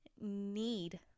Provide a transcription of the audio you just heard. need